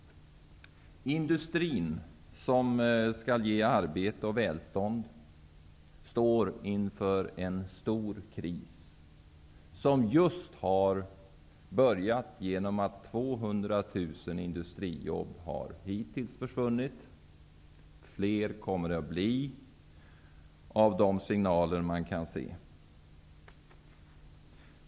Industrin, som skall ge arbete och välstånd, står inför en stor kris, som just har börjat genom att 200 000 industrijobb hittills har försvunnit. Av de signaler man kan se kommer det attbli fler.